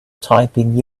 typing